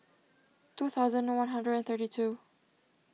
two thousand one hundred and thirty two